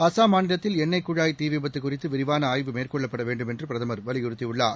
அசாம் மாநிலத்தில் எண்ணெய் குழாய் தீ விபத்து குறித்து விரிவான ஆய்வு மேற்கொள்ளப்பட வேண்டும் என்று பிரதமர் வலியுறுத்தியுள்ளார்